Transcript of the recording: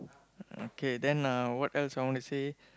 okay then uh what else I want to say